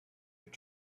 your